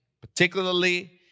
particularly